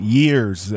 years